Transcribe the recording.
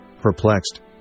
perplexed